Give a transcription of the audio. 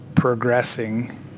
progressing